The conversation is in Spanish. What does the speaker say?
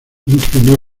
incliné